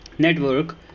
network